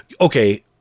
okay